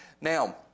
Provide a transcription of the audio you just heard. Now